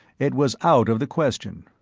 it was out of the question.